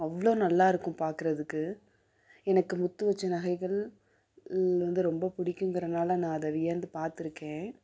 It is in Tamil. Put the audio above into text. அவ்வளோ நல்லா இருக்கும் பார்க்கறதுக்கு எனக்கு முத்து வச்ச நகைகள் வந்து ரொம்ப பிடிக்குங்கறனால நான் அதை வியந்து பார்த்துருக்கேன்